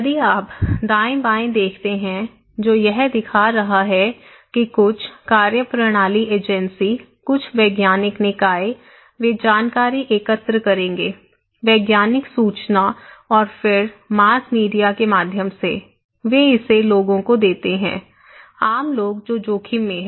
यदि आप दाएं बाएं देखते हैं जो यह दिखा रहा है कि कुछ कार्यप्रणाली एजेंसी कुछ वैज्ञानिक निकाय वे जानकारी एकत्र करेंगे वैज्ञानिक सूचना और फिर मास मीडिया के माध्यम से वे इसे लोगों को देते हैं आम लोग जो जोखिम में हैं